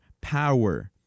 power